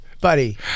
Buddy